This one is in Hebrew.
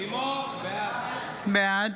בעד